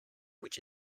which